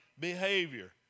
Behavior